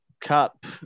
cup